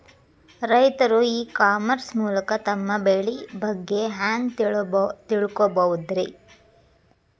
ರೈತರು e commerce ಮೂಲಕ ತಮ್ಮ ಬೆಳಿ ಬಗ್ಗೆ ಹ್ಯಾಂಗ ತಿಳ್ಕೊಬಹುದ್ರೇ?